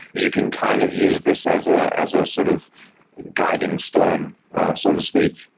you can kind of use this as ah as a sort of guiding stone so to speak.